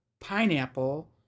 pineapple